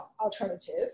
alternative